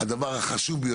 הדבר החשוב: